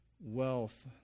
wealth